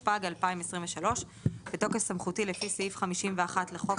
התשפ"ג-2023 בתוקף סמכותי לפי סעיף 51 לחוק